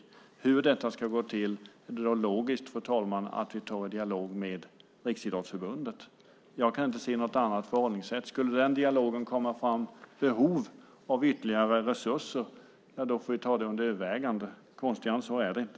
Hur detta ska gå till är det logiskt att vi tar i dialog med Riksidrottsförbundet. Jag kan inte se något annat förhållningssätt. Skulle det i den dialogen komma fram behov av ytterligare resurser får vi ta det under övervägande. Konstigare än så är det inte.